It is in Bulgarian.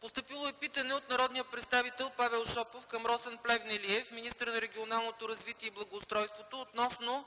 Постъпило е питане от народния представител Павел Шопов към Росен Плевнелиев - министър на регионалното развитие и благоустройството, относно